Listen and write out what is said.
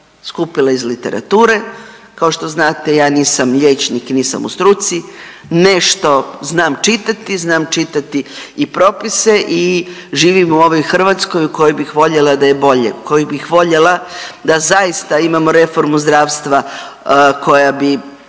skupila iz literature, kao što znate ja nisam liječnik i nisam u struci, nešto znam čitati, znam čitati i propise i živim u ovoj Hrvatskoj u kojoj bih voljela da je bolje, kojoj bih voljela da zaista imao reformu zdravstva koja bi